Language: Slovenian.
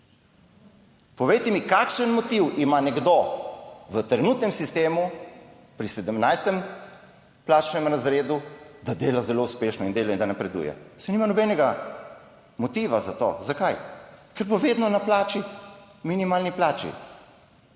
Povejte mi, kakšen motiv ima nekdo v trenutnem sistemu pri 17. plačnem razredu, da dela zelo uspešno in dela, da napreduje! Saj nima nobenega motiva za to - zakaj? -, ker bo vedno na minimalni plači.